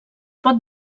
pot